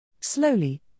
Slowly